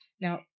now